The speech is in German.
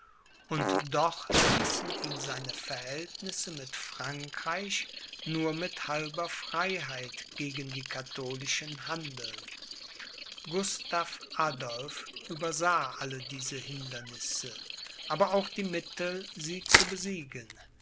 und doch ließen ihn seine verhältnisse mit frankreich nur mit halber freiheit gegen die katholischen handeln gustav adolph übersah alle diese hindernisse aber auch die mittel sie zu besiegen